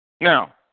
Now